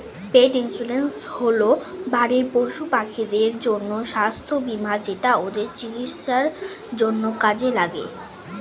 পেট insurance হল বাড়ির পশুপাখিদের জন্য স্বাস্থ্য বীমা যেটা ওদের চিকিৎসার জন্য কাজে লাগে